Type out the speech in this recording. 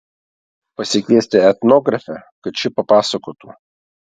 pasikviesti etnografę kad ši papasakotų